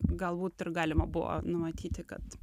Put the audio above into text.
galbūt ir galima buvo numatyti kad